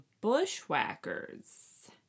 Bushwhackers